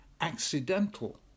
accidental